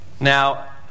Now